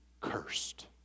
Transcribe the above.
cursed